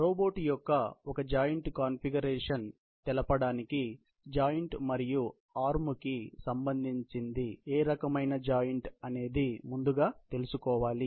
robot యొక్క ఒక joint configuration తెలపడానికి జాయింట్ మరియు ఆర్మ్ కి సంబంధించింది ఏ రకమైన జాయింట్ అనేది ముందుగా తెలుసుకోవాలి